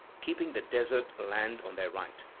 keeping the desert land on their right.